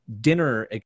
dinner